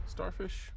Starfish